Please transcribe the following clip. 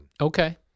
okay